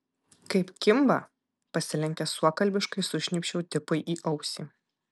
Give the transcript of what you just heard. kaip kimba pasilenkęs suokalbiškai sušnypščiau tipui į ausį